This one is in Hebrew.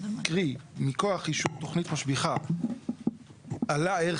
קרי מכוח אישור תוכנית משביחה עלה ערך